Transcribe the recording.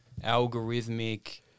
algorithmic